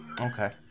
Okay